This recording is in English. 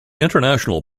international